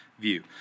view